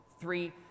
three